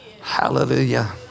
Hallelujah